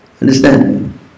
Understand